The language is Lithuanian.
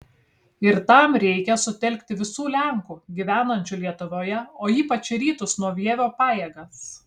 ir tam reikia sutelkti visų lenkų gyvenančių lietuvoje o ypač į rytus nuo vievio pajėgas